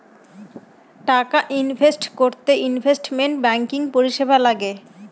টাকা ইনভেস্ট করতে investment banking পরিষেবা লাগে